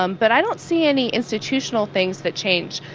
um but i don't see any institutional things that change.